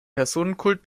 personenkult